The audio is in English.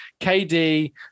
KD